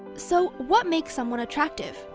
so, what makes someone attractive?